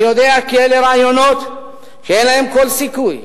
אני יודע כי אלה רעיונות שאין להם כל סיכוי.